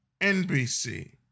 NBC